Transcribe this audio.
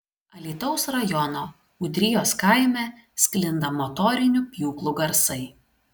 alytaus rajono ūdrijos kaime sklinda motorinių pjūklų garsai